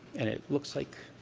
and it looks like